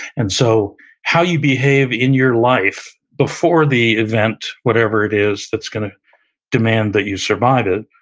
and so how you behave in your life before the event, whatever it is that's gonna demand that you survive it,